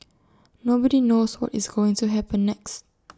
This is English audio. nobody knows what is going to happen next